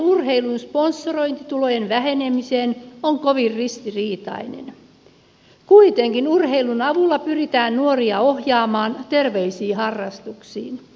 vetoaminen urheilusponsorointitulojen vähenemiseen on kovin ristiriitainen kuitenkin urheilun avulla pyritään nuoria ohjaamaan terveisiin harrastuksiin